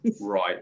Right